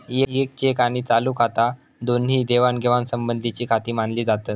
येक चेक आणि चालू खाता दोन्ही ही देवाणघेवाण संबंधीचीखाती मानली जातत